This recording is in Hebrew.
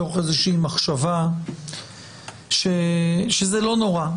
מתוך מחשבה שזה לא נורא.